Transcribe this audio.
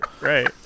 Right